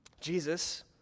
Jesus